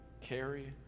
Carry